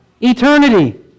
eternity